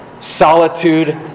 Solitude